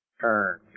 turn